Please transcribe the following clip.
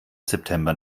september